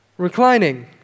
Reclining